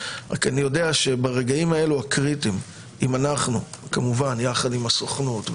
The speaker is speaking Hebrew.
אני רק יודע שברגעים הקריטיים אם אנחנו יחד עם הסוכנות,